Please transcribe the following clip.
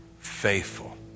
faithful